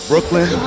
Brooklyn